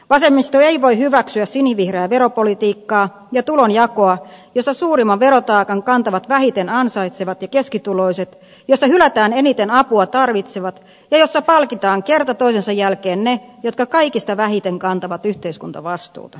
vasemmisto ei voi hyväksyä sinivih reää veropolitiikkaa ja tulonjakoa jossa suurimman verotaakan kantavat vähiten ansaitsevat ja keskituloiset jossa hylätään eniten apua tarvitsevat ja jossa palkitaan kerta toisensa jälkeen ne jotka kaikista vähiten kantavat yhteiskuntavastuuta